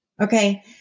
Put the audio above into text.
Okay